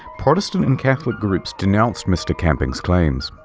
protestant and catholic groups denounced mr. camping's claims.